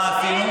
מה עשינו?